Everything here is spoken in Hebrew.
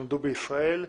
שנולדו בישראל.